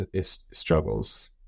struggles